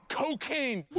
cocaine